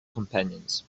companions